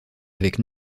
avec